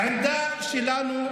העמדה שלנו,